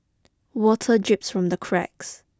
water drips from the cracks